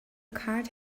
card